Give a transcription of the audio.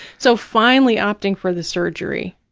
so, finally opting for the surgery,